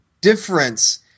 difference